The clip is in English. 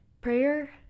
prayer